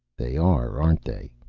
they are, aren't they?